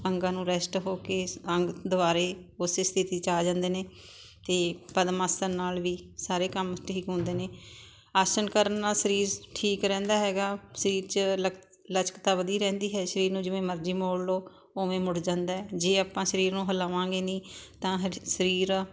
ਅੰਗਾਂ ਨੂੰ ਰੈਸਟ ਹੋ ਕੇ ਅੰਗ ਦੁਬਾਰੇ ਉਸ ਸਥਿਤੀ 'ਚ ਆ ਜਾਂਦੇ ਨੇ ਅਤੇ ਪਦਮ ਆਸਣ ਨਾਲ ਵੀ ਸਾਰੇ ਕੰਮ ਠੀਕ ਹੁੰਦੇ ਨੇ ਆਸਣ ਕਰਨ ਨਾਲ ਸਰੀਰ ਠੀਕ ਰਹਿੰਦਾ ਹੈਗਾ ਸਰੀਰ 'ਚ ਲਕ ਲਚਕਤਾ ਵਧੀ ਰਹਿੰਦੀ ਹੈ ਸਰੀਰ ਨੂੰ ਜਿਵੇਂ ਮਰਜ਼ੀ ਮੋੜ ਲਵੋ ਉਵੇਂ ਮੁੜ ਜਾਂਦਾ ਹੈ ਜੇ ਆਪਾਂ ਸਰੀਰ ਨੂੰ ਹਿਲਾਵਾਂਗੇ ਨਹੀਂ ਤਾਂ ਸਰੀਰ